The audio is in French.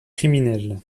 criminelle